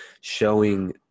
showing